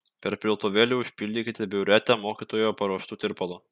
per piltuvėlį užpildykite biuretę mokytojo paruoštu tirpalu